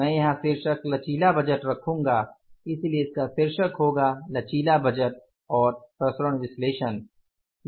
मैं यहां शीर्षक लचीला बजट रखूंगा इसलिए इसका शीर्षक होगा लचीला बजट और विचरण विश्लेषण होगा